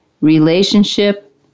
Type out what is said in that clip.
Relationship